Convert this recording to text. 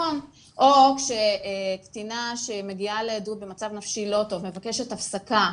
או כשקטינה שמגיעה לעדות במצב נפשי לא טוב מבקשת הפסקה,